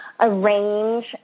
arrange